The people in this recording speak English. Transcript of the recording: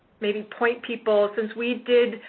maybe point people-since we did,